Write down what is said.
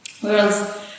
Whereas